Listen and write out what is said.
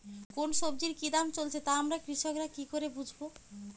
কোন সব্জির কি দাম চলছে তা আমরা কৃষক রা কি করে বুঝবো?